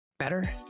Better